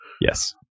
Yes